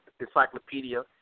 Encyclopedia